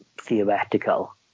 theoretical